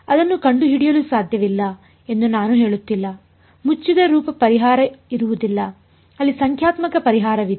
ಅದನ್ನು ಕಂಡುಹಿಡಿಯಲು ಸಾಧ್ಯವಿಲ್ಲ ಎಂದು ನಾನು ಹೇಳುತ್ತಿಲ್ಲ ಮುಚ್ಚಿದ ರೂಪ ಪರಿಹಾರ ಇರುವುದಿಲ್ಲ ಅಲ್ಲಿ ಸಂಖ್ಯಾತ್ಮಕ ಪರಿಹಾರವಿದೆ